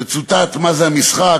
מצוטט מה זה המשחק,